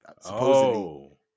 supposedly